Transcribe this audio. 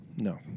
No